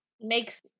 makes